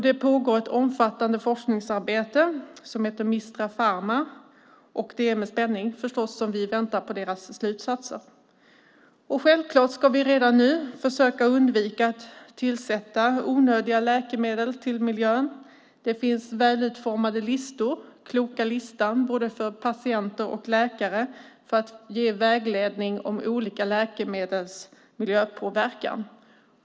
Det pågår ett omfattande forskningsarbete som heter Mistra Pharma. Det är förstås med spänning som vi väntar på deras slutsatser. Självklart ska vi redan nu försöka undvika att tillföra miljön onödiga läkemedel. Det finns väl utformade listor, Kloka listan, både för patienter och för läkare för att ge vägledning om olika läkemedels miljöpåverkan.